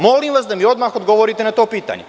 Molim vas da mi odmah odgovorite na to pitanje.